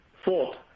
Fourth